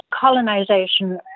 colonization